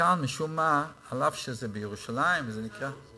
כאן, משום מה, אף שזה בירושלים, הוא בנבצרות.